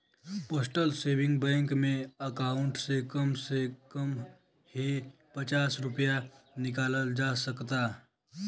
postal saving bank में account से कम से कम हे पचास रूपया निकालल जा सकता